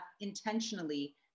intentionally